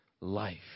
life